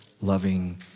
loving